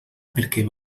perquè